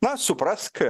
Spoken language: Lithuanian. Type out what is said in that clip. na suprask